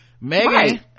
Megan